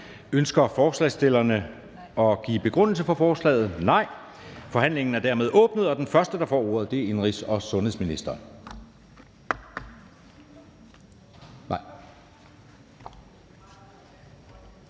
for forslagsstillerne at give en begrundelsen for forslaget? Nej. Forhandlingen er dermed åbnet, og den første, der får ordet, er indenrigs- og sundhedsministeren.